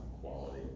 quality